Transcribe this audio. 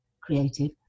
creative